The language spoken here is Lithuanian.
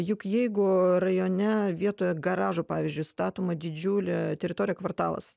juk jeigu rajone vietoj garažų pavyzdžiui statoma didžiulė teritorija kvartalas